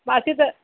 असीं त